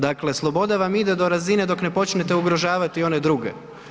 Dakle, sloboda vam ide do razine dok ne počnete ugrožavati i one druge.